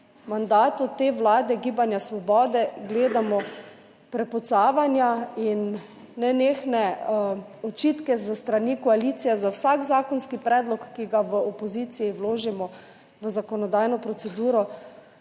v mandatu te vlade Gibanja Svoboda gledamo prepucavanja in nenehne očitke s strani koalicije za vsak zakonski predlog, ki ga v opoziciji vložimo v zakonodajno proceduro.